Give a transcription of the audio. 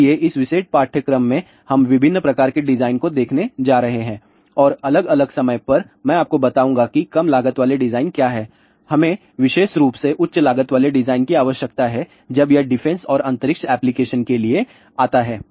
इसलिए इस विशेष पाठ्यक्रम में हम विभिन्न प्रकार के डिजाइन को देखने जा रहे हैं और अलग अलग समय पर मैं आपको बताऊंगा कि कम लागत वाले डिजाइन क्या हैं और हमें विशेष रूप से उच्च लागत वाले डिजाइन की आवश्यकता है जब यह डिफेंस और अंतरिक्ष एप्लीकेशन के लिए आता है